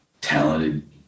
talented